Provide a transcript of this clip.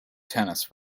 tennis